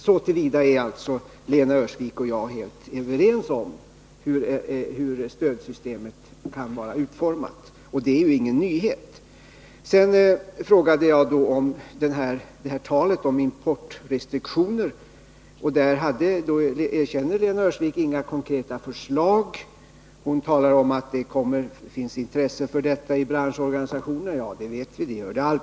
Så till vida är Lena Öhrsvik och jag helt överens om hur stödsystemet kan utformas. Detta är ingen nyhet. Sedan ställde jag en fråga när det gäller talet om importrestriktioner. Lena Öhrsvik erkände att hon på den punkten inte hade några konkreta förslag. Hon sade att det finns intresse för detta i branschorganisationen. Vi vet att det alltid finns ett sådant intresse.